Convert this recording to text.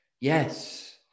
Yes